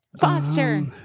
Foster